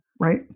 right